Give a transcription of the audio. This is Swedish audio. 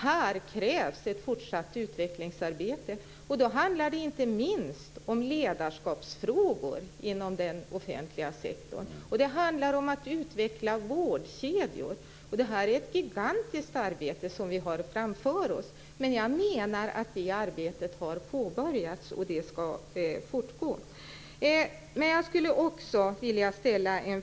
Här krävs ett fortsatt utvecklingsarbete, och då handlar det inte minst om ledarskapsfrågor inom den offentliga sektorn. Det handlar om att utveckla vårdkedjor. Det är ett gigantiskt arbete som vi har framför oss. Men jag menar att detta arbeta har påbörjats, och det ska fortgå.